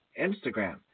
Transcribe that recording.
Instagram